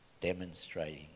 demonstrating